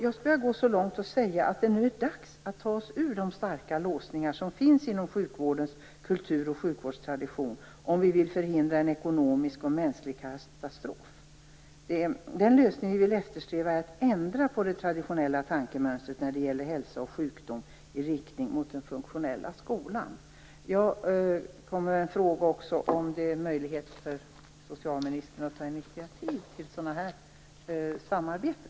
Jag skulle vilja gå så långt som att säga att det nu är dags att ta oss ur de starka låsningar som finns inom kultur och sjukvårdstradition, om vi vill förhindra en ekonomisk och mänsklig katastrof. Den lösning som vi eftersträvar är att ändra på det traditionella tankemönstret när det gäller hälsa och sjukdom i riktning mot den funktionella skolan. Jag vill också fråga om det är möjligt för socialministern att ta initiativ till den här typen av samarbete.